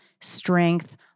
strength